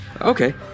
Okay